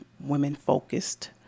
women-focused